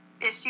issue